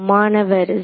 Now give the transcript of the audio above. மாணவர் 0